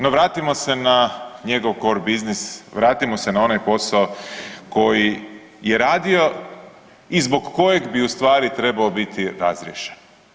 No, vratimo se na njegov core business, vratimo se na onaj posao koji je radio i zbog kojeg bi ustvari trebao biti razriješen.